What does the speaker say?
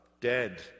dead